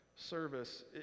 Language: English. service